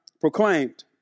proclaimed